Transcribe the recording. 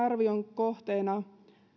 kohteena